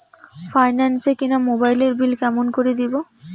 Finance এ কিনা মোবাইলের বিল কেমন করে দিবো?